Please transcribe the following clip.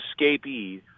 escapee